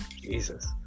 Jesus